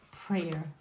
prayer